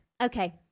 Okay